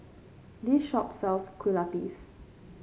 this shop sells Kue Lupis